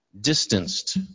distanced